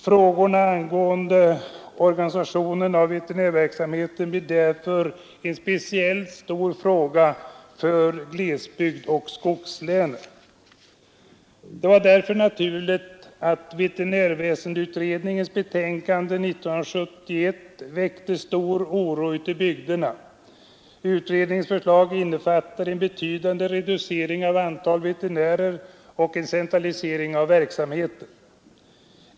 Frågorna angående organisationen av veterinärverksamheten blir därför en speciellt stor fråga för glesbygden och skogslänen. Det är därför naturligt att veterinärväsendeutredningens betänkande 1971 väckte stor oro ute i bygderna. Utredningens förslag innefattade en betydande reducering av antalet veterinärer och en centralisering av verksamheten.